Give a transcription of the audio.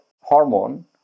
hormone